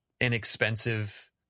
inexpensive